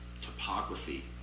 topography